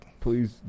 Please